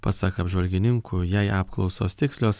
pasak apžvalgininkų jei apklausos tikslios